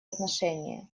отношения